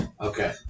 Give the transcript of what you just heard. Okay